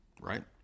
right